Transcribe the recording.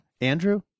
Andrew